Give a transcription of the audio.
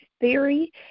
theory